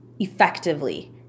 effectively